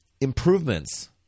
improvements